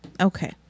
Okay